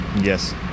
Yes